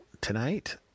tonight